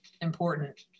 important